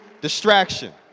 distraction